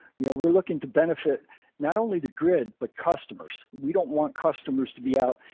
you know we're looking to benefit not only the grid but customers. we don't want customers to be out,